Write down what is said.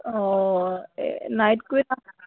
অঁ এই